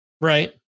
Right